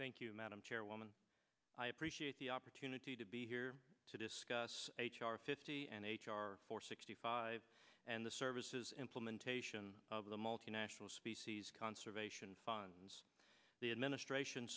thank you madam chairwoman i appreciate the opportunity to be here to discuss h r fifty and h r four sixty five and the services implementation of the multinational species conservation fund the administration